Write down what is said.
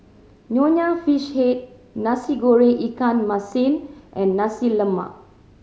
Nonya Fish Head Nasi Goreng ikan masin and Nasi Lemak